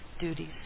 duties